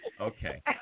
Okay